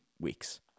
weeks